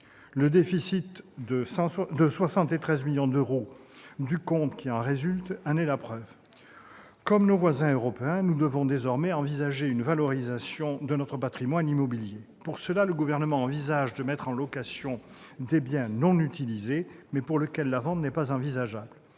s'élève à 73 millions d'euros, en est la preuve. Comme nos voisins européens, nous devons désormais envisager une valorisation de notre patrimoine immobilier. À cette fin, le Gouvernement envisage de mettre en location des biens non utilisés, mais dont la vente n'est pas envisageable.